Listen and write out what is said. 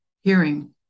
hearing